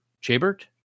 Chabert